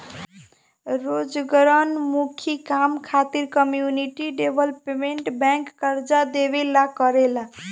रोजगारोन्मुख काम खातिर कम्युनिटी डेवलपमेंट बैंक कर्जा देवेला करेला